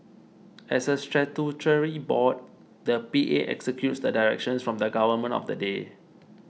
as a statutory board the P A executes the directions from the government of the day